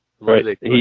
Right